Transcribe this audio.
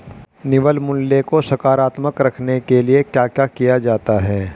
निवल मूल्य को सकारात्मक रखने के लिए क्या क्या किया जाता है?